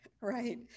right